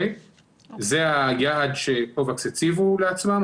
זה היעד ש-קובאקס הציבו לעצמם.